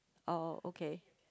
oh okay